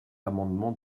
amendement